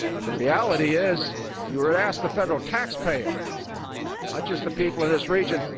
the reality is, if you would ask the federal taxpayer, not just the people in this region,